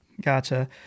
Gotcha